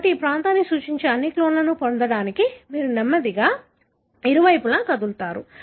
కాబట్టి ఆ ప్రాంతాన్ని సూచించే అన్ని క్లోన్లను పొందడానికి మీరు నెమ్మదిగా ఇరువైపులా కదులుతారు